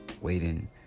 waiting